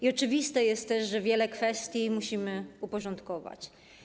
I oczywiste jest też, że wiele kwestii musimy uporządkować.